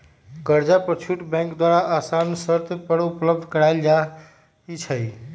कर्जा पर छुट बैंक द्वारा असान शरत पर उपलब्ध करायल जाइ छइ